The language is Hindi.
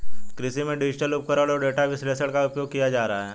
कृषि में डिजिटल उपकरण और डेटा विश्लेषण का उपयोग किया जा रहा है